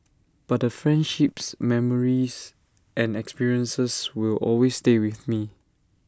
but the friendships memories and experiences will always stay with me